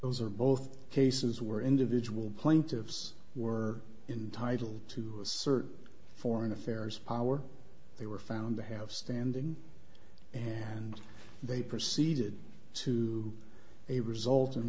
those are both cases where individual plaintiffs were entitle to assert foreign affairs power they were found to have standing and they proceeded to a result in